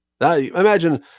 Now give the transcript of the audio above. Imagine